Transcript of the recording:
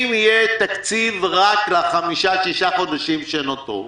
אם יהיה תקציב רק לחמישה-שישה החודשים שנותרו,